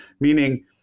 meaning